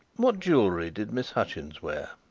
what jewellery did miss hutchins wear?